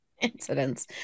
incidents